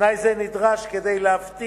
תנאי זה נדרש כדי להבטיח